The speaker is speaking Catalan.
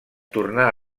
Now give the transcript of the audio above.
tornà